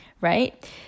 right